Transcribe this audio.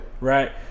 right